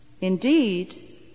Indeed